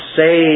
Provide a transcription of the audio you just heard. say